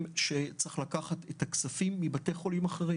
שצריך לקחת את הכספים מבתי חולים אחרים.